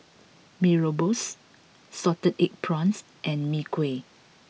Mee Rebus Salted Egg Prawns and Mee Kuah